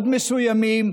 מאוד מסוימים,